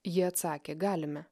ji atsakė galime